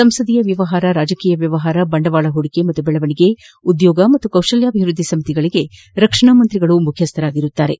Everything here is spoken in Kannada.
ಸಂಸದೀಯ ವ್ಯವಹಾರ ರಾಜಕೀಯ ವ್ನವಹಾರ ಬಂಡವಾಳ ಹೂಡಿಕೆ ಮತ್ತು ಬೆಳವಣಿಗೆ ಉದ್ದೋಗ ಹಾಗೂ ಕೌಶಲ್ಯಾಭಿವ್ಯದ್ದಿ ಸಮಿತಿಗಳಿಗೆ ರಕ್ಷಣಾಮಂತ್ರಿ ಅವರು ಮುಖ್ಯಸ್ವರಾಗಿರುತ್ತಾರೆ